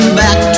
back